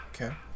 Okay